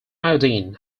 iodine